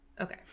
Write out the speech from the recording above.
Okay